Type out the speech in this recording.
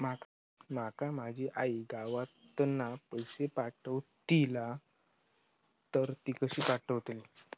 माका माझी आई गावातना पैसे पाठवतीला तर ती कशी पाठवतली?